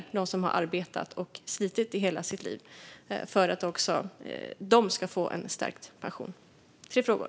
Det handlar om dem som arbetar och slitit i hela sitt liv och att också de ska få en stärkt pension. Det är tre frågor.